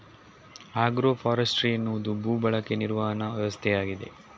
agro forestry ಎನ್ನುವುದು ಭೂ ಬಳಕೆ ನಿರ್ವಹಣಾ ವ್ಯವಸ್ಥೆಯಾಗಿದೆ